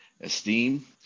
esteem